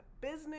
business